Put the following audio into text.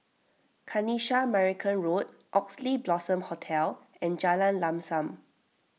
Kanisha Marican Road Oxley Blossom Hotel and Jalan Lam Sam